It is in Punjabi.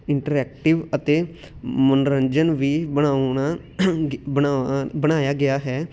ਇੰਟਰੈਕਟਿਵ ਅਤੇ ਮਨੋਰੰਜਨ ਵੀ ਬਣਾਉਣਾ ਬਣਾ ਬਣਾਇਆ ਗਿਆ ਹੈ